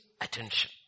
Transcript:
attention